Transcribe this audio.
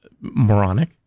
moronic